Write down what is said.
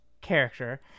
character